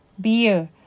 Beer